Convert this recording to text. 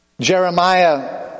Jeremiah